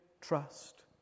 trust